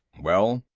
well?